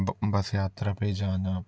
बस यात्रा पे जाना